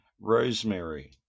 Rosemary